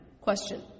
Question